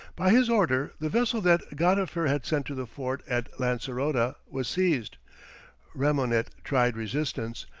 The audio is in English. by his order the vessel that gadifer had sent to the fort at lancerota was seized remonnet tried resistance,